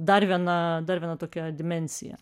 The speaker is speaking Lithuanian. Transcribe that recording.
dar vieną dar vieną tokią dimensiją